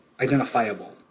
identifiable